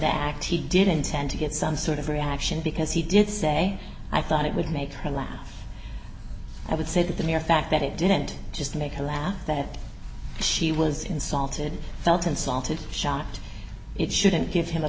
act he did intend to get some sort of reaction because he did say i thought it would make her laugh i would say that the mere fact that it didn't just make her laugh that she was insulted felt insulted shocked it shouldn't give him a